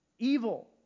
Evil